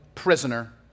prisoner